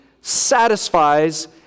satisfies